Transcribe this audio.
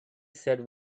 said